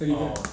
telegram